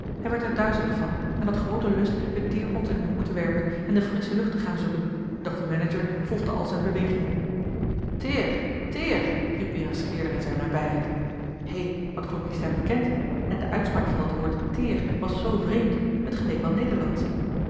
hij werd er duizelig van en had grooten lust den teerpot in een hoek te werpen en de frissche lucht te gaan zoeken doch de manager volgde al zijne bewegingen teer teer riep weer een scheerder in zijne nabijheid hé wat klonk die stem bekend en de uitspraak van dat woord teer was zoo vreemd t geleek wel